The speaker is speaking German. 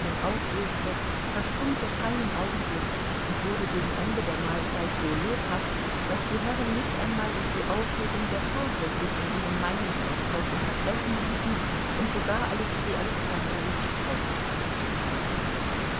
auflöste verstummte keinen augenblick und wurde gegen ende der mahlzeit so lebhaft daß die herren nicht einmal durch die aufhebung der tafel sich in ihrem meinungsaustausch unterbrechen ließen und sogar alexei alexandrowitsch auftaute